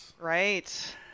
Right